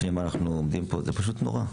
לפעמים אנחנו עומדים פה, זה פשוט נורא,